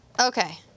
Okay